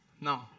No